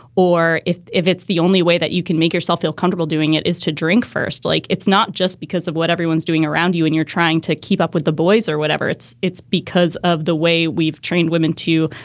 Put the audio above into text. or if if it's the only way that you can make yourself feel comfortable doing it is to drink first. like it's not just because of what everyone's doing around you and you're trying to keep up with the boys or whatever. it's it's because of the way we've trained women to.